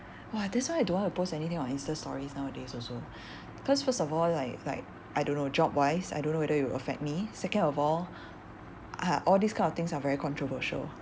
!wah! that's why I don't want to post anything on insta stories nowadays also cause first of all like like I don't know job wise I don't know whether it will affect me second of all uh all these kinds of things are very controversial